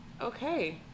okay